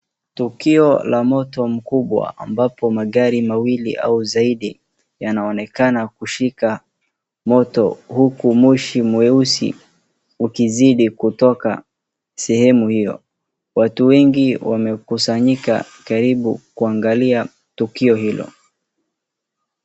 Tukio la moto mkubwa ambapo magari mawili au zaidi yanaonekana kushika moto huku moshi mweusi ukizidi kutoka sehemu hiyo. Watu wengi wamekusanyika karibu kuangalia tukio hilo.